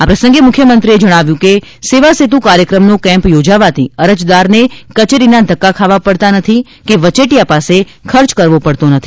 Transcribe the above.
આ પ્રસંગે મુખ્યમંત્રી વિજય રૂપાણીએ કહ્યુ હતું કે સેવાસેતુ કાર્યક્રમનો કેમ્પ યોજાવાથી અરજદારને કચેરીના ધક્કા ખાવા પડતા નથી કે વચેટીયા પાસે ખર્ચ કરવો પડતો નથી